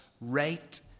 right